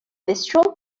bistro